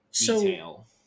detail